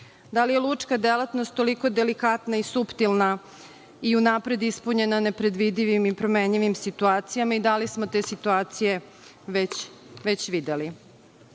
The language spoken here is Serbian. Da li je lučka delatnost toliko delikatna i suptilna i unapred ispunjena nepredvidivim i promenljivim situacijama i da li smo te situacije već videli? Poznato